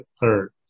third